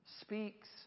speaks